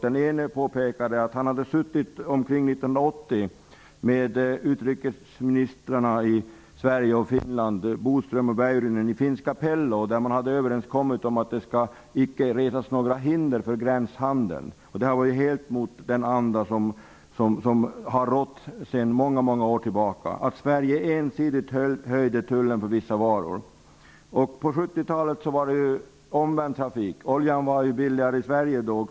Den ene påpekade att han omkring 1980 hade suttit med utrikesministrarna i Sverige och Finland, Bodström och Väyrynen, i finska Pello. Man hade kommit överens om att det icke skulle resas några hinder för gränshandel. Det var helt emot den anda som har rått i många år och som innebar att Sverige ensidigt höjde tullen på vissa varor. På 70-talet var trafiken omvänd. Oljan var billigare i Sverige.